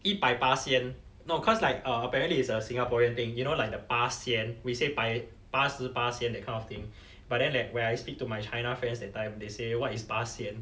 一百巴先 no cause like uh apparently it's a singaporean thing you know like the 巴先 we say by 八十巴先 that kind of thing but then like when I speak to my china friends that time they say what is 巴先